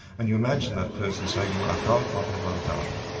and you imagine that person saying, my god, what have i done?